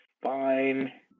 fine